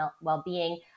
well-being